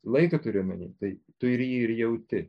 laiką turi omeny tai tu jį ir jauti